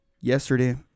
Yesterday